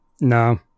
no